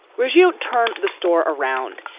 ruscio turn the store around.